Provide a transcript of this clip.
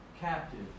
captive